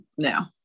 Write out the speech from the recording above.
no